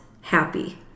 happy